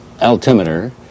altimeter